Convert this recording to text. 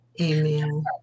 Amen